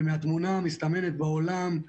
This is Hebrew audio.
ומהתמונה המסתמנת בעולם,